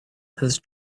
his